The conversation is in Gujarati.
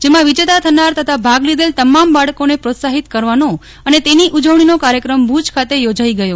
જેમાં વિજેતા થનાર તથા ભાગ લીધેલ તમામ બાળકોને પ્રોત્સાહિત કરવાનો અને તેની ઉજવણીનો કાર્યક્રમ ભુજ ખાતે યોજાઈ ગયો